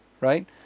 Right